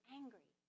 angry